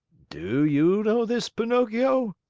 do you know this pinocchio?